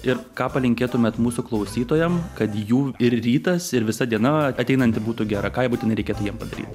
ir ką palinkėtumėt mūsų klausytojam kad jų ir rytas ir visa diena ateinanti būtų gera ką jie būtinai reikėtų jiem padaryt